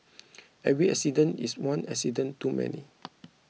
every accident is one accident too many